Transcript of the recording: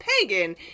pagan